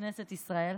בכנסת ישראל,